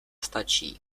stačí